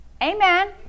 Amen